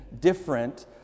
different